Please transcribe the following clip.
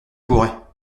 pourrais